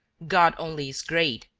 god only great!